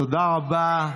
תודה רבה.